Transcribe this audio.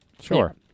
Sure